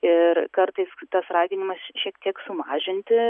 ir kartais tas raginimas šiek tiek sumažinti